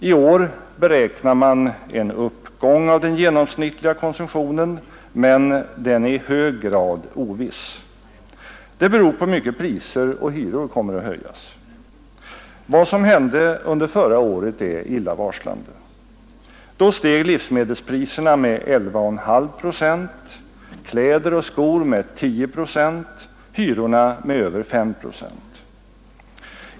I år beräknar man en uppgång av den genomsnittliga konsumtionen, men den är i hög grad oviss. Den beror på hur mycket priser och hyror kommer att höjas. Vad som hände under förra året är illavarslande. Då steg livsmedelspriserna med 11,5 procent, kläder och skor med 10 procent, hyrorna med över 5 procent.